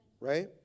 Right